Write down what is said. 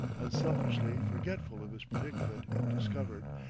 unselfishly forgetful of his predicament if discovered,